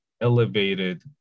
elevated